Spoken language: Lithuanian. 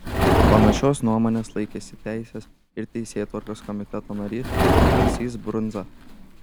panašios nuomonės laikėsi teisės ir teisėtvarkos komiteto narys stasys brundza